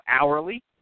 hourly